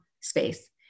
space